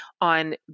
on